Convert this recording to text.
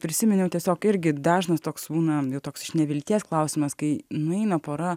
prisiminiau tiesiog irgi dažnas toks būna toks iš nevilties klausimas kai nueina pora